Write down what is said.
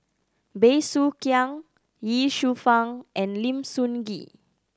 Bey Soo Khiang Ye Shufang and Lim Sun Gee